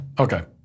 Okay